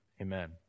Amen